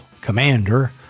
commander